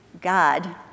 God